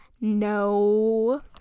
No